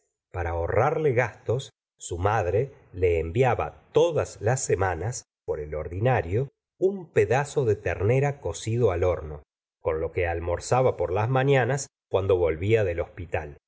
para ahorrarle gastos su madre le enviaba todas las semanas por el ordinario un pedazo de ternera cocido al horno con lo que almorzaba por las mafianas cuando volvía del hospital